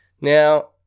Now